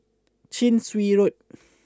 Chin Swee Road